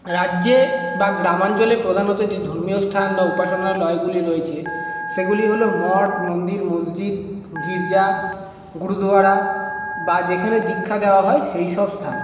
রাজ্যে বা গ্রামাঞ্চলে প্রধানত যে ধর্মীয় স্থান বা উপাসনালয়গুলি রয়েছে সেগুলি হল মঠ মন্দির মসজিদ গির্জা গুরুদুয়ারা বা যেখানে দীক্ষা দেওয়া হয় সেই সব স্থান